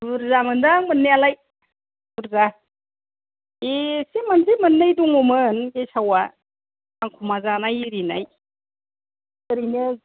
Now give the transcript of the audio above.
बुरजा मोनदों मोननायालाय बुरजा एसे मोनसे मोन्नै दङमोन गेसावा खांखमा जानाय एरिनाय ओरैनो